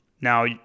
Now